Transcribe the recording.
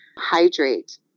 hydrate